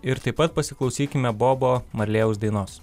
ir taip pat pasiklausykime bobo marlėjaus dainos